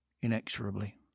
inexorably